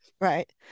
right